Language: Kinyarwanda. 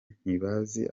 ntibazi